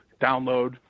download